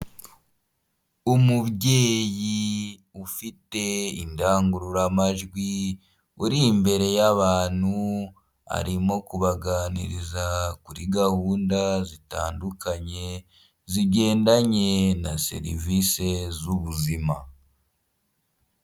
Umubyeyi ufite indangururamajwi uri imbere y'abantu, arimo kubaganiriza kuri gahunda zitandukanye zigendanye na serivisi z'ubuzima.